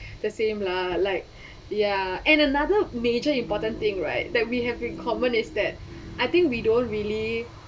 the same lah like ya and another major important thing right that we have in common is that I think we don't really